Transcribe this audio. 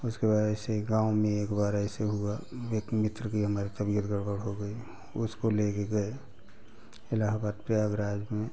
उसके बाद ऐसे ही गाँव में एक बार ऐसे हुआ एक मित्र की हमारे तबियत गड़बड़ हो गई उसको लेके गए इलाहाबाद प्रयागराज में